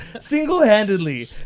Single-handedly